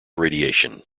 radiation